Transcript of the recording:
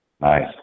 Nice